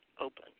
open